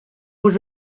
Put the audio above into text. was